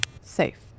Safe